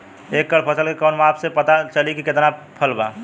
एक एकड़ फसल के कवन माप से पता चली की कितना फल बा?